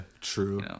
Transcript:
true